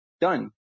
done